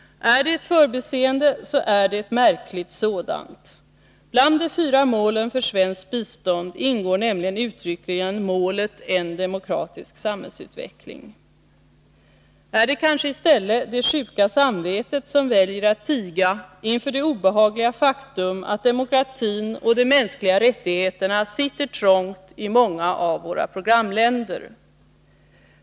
Är det ett förbiseende så är det ett märkligt sådant. Bland de fyra målen för svenskt bistånd ingår nämligen uttryckligen målet en demokratisk samhällsutveckling. Är det kanske i stället det sjuka samvetet som väljer att tiga inför det obehagliga faktum att demokratin och de mänskliga rättigheterna sitter trångt i många av våra programländer?